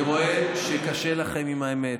אני רואה שקשה לכם עם האמת.